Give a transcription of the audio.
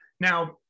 Now